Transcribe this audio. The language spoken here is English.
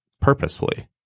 purposefully